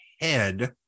head